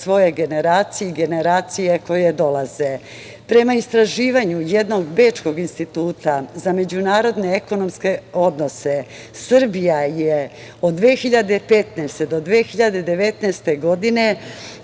svoje generacije i generacije koje dolaze. Prema istraživanju jednog bečkog instituta za međunarodne ekonomske odnose, Srbija je od 2015. do 2019. godine